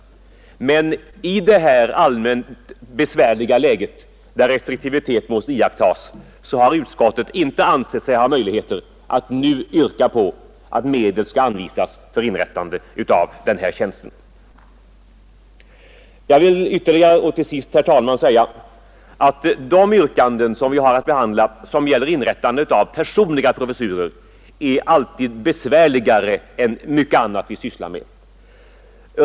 Men i dagens allmänt besvärliga läge där restriktivitet måste iakttas har utskottet inte ansett det möjligt att yrka på att medel skall anvisas för inrättande av denna tjänst nu. Jag vill ytterligare och till sist, herr talman, uttala att yrkanden om inrättande av personliga professurer är besvärligare än mycket annat vi sysslar med.